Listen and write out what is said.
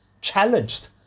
challenged